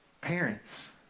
Parents